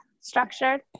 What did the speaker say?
structured